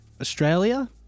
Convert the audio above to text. Australia